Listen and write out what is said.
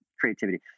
creativity